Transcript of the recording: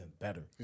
better